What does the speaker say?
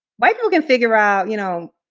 white people can figure out, you know,